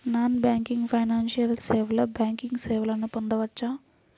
Non banking financial సేవలో banking సేవలను పొందవచ్చా?